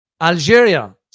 Algeria